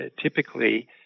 typically